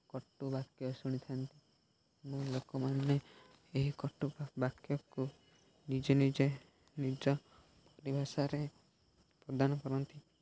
କଟୁ ବାକ୍ୟ ଶୁଣିଥାନ୍ତି ଓ ଲୋକମାନେ ଏହି କଟୁ ବାକ୍ୟକୁ ନିଜେ ନିଜେ ନିଜ ପରିଭାଷାରେ ପ୍ରଦାନ କରନ୍ତି